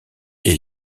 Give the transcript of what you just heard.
est